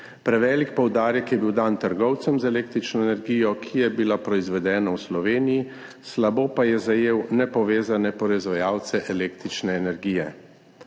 Prevelik poudarek je bil dan trgovcem z električno energijo, ki je bila proizvedena v Sloveniji, slabo pa je zajel nepovezane proizvajalce električne energije.